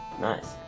Nice